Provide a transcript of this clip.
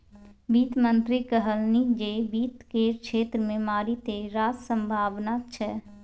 वित्त मंत्री कहलनि जे वित्त केर क्षेत्र मे मारिते रास संभाबना छै